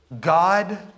God